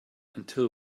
until